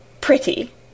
Pretty